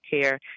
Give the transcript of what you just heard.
care